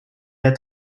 der